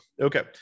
okay